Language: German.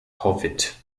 howitt